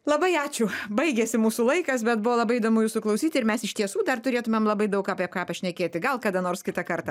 labai ačiū baigėsi mūsų laikas bet buvo labai įdomu jūsų klausyti ir mes iš tiesų dar turėtumėm labai daug apie ką pašnekėti gal kada nors kitą kartą